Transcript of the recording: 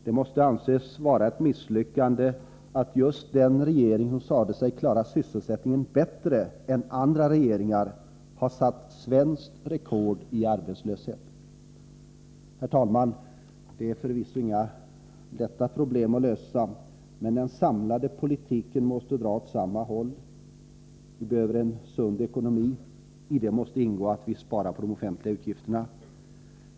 Det måste anses vara ett misslyckande att just den regering som sade sig klara sysselsättningen bättre än andra regeringar har satt svenskt rekord i arbetslöshet! Herr talman! Detta är förvisso inga problem som är lätta att lösa, men alla inslag i den samlade politiken måste dra åt samma håll. —- Vi behöver en sund ekonomi — i det måste ingå att vi sparar på de offentliga utgifterna.